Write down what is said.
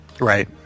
Right